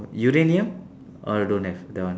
uranium oh don't have that one